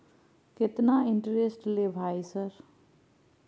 केतना इंटेरेस्ट ले भाई सर?